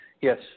Yes